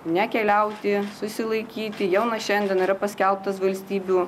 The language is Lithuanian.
nekeliauti susilaikyti jau nuo šiandien yra paskelbtas valstybių